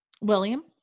william